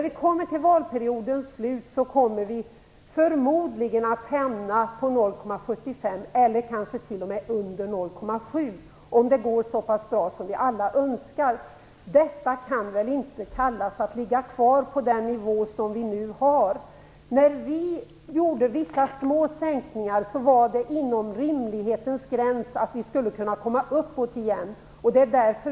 Vid valperiodens slut kommer den förmodligen att hamna på 0,75 %, eller t.o.m. under 0,7 %- om det går så pass bra som vi alla önskar. Då kan man väl inte säga att den nuvarande nivån ligger kvar. När vi gjorde vissa små sänkningar var det inom rimlighetens gräns, så att vi skulle kunna komma uppåt igen.